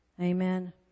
Amen